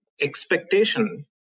expectation